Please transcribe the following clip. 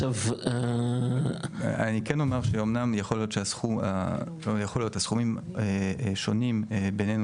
אומנם יכול להיות שהסכומים שונים בינינו